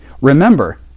Remember